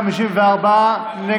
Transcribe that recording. ועישון (תיקון,